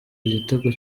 igitego